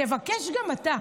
תבקש גם אתה.